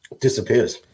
Disappears